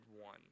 one